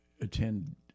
attend